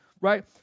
Right